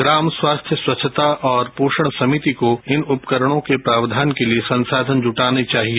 ग्राम स्वास्थ्यस्वच्छता और पोषण समिति को इन उपकरणों के प्रावधान के लिए संसाधन जुटानेचाहिए